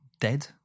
dead